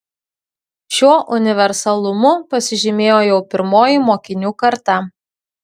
šiuo universalumu pasižymėjo jau pirmoji mokinių karta